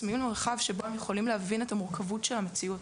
צמאים למרחב שבו הם יכולים להבין את המורכבות של המציאות.